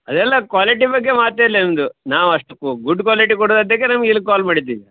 ಅದೆಲ್ಲ ಕ್ವಾಲಿಟಿ ಬಗ್ಗೆ ಮಾತೇ ಇಲ್ಲ ನಾವು ಅಷ್ಟು ಗುಡ್ ಕ್ವಾಲಿಟಿ ಕೊಡುದಂತಲೇ ನಮ್ಗೆ ಇಲ್ಲಿ ಕಾಲ್ ಮಾಡಿದ್ದು